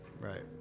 Right